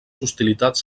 hostilitats